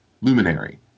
luminary